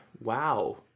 wow